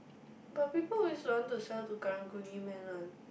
but people is want to sell to karang guni man one